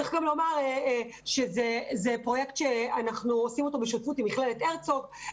צריך לומר שזה פרויקט שאנחנו עושים בשותפות עם מכללת הרצוג,